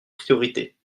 priorités